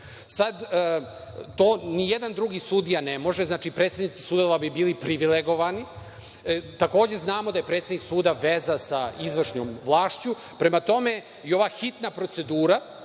to nijedan drugi sudija ne može. Znači, predsednici sudova bi bili privilegovani. Takođe, znamo da je predsednik suda veza sa izvršnom vlašću. Prema tome, i ova hitna procedura